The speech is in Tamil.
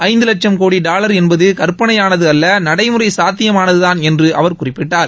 ஐந்து லட்சம் கோடி டாலர் என்பது கற்பனையானது அல்ல நடைமுறை சாத்தியமானதுதான் என்று அவர் குறிப்பிட்டார்